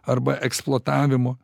arba eksploatavimo